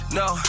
no